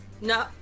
No